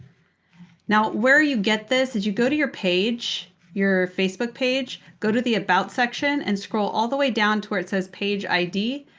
now where you get this is you go to your page your facebook page go to the about section and scroll all the way down to where it says page id.